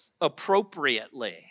appropriately